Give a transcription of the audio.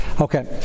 Okay